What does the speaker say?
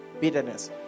bitterness